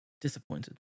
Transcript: disappointed